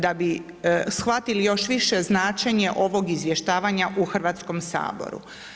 Da bi shvatili još više značenje ovog izvještavanja u Hrvatskom saboru.